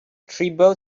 tribal